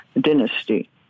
dynasty